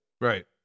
Right